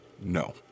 No